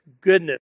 goodness